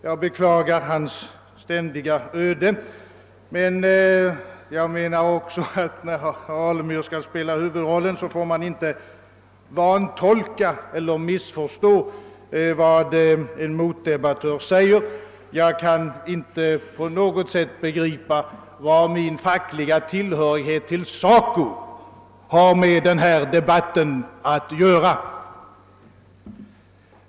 Jag beklagar hans ständiga öde, men om herr Alemyr vill spela en huvudroll, får han inte vantolka eller missförstå vad en motdebattör säger. Jag kan inte på något sätt begripa vad min fackliga tillhörighet till' SACO har med den här debatten att göra.